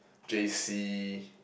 J C